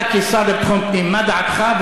אתה, כשר לביטחון פנים, מה דעתך?